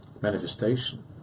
manifestation